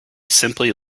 simply